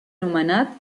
nomenat